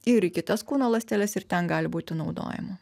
ir į kitas kūno ląsteles ir ten gali būti naudojama